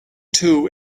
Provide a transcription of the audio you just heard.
two